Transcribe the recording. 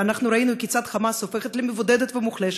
וראינו כיצד "חמאס" הופכת למבודדת ומוחלשת,